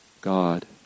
God